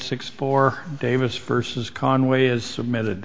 six four davis versus conway is submitted